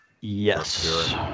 yes